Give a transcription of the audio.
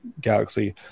galaxy